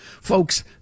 Folks